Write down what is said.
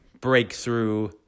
breakthrough